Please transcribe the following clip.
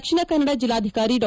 ದಕ್ಷಿಣ ಕನ್ನಡ ಜಿಲ್ಲಾಧಿಕಾರಿ ಡಾ